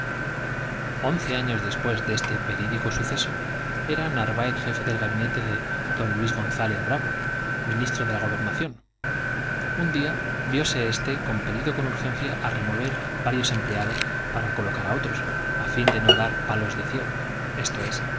once años después de este verídico suceso era narváez jefe del gabinete y d luis gonz ález brabo ministro de la gobernación un día vióse éste com pelido con urgencia áremover varios empleados para colocar otros y á fin de dar de ciego esto es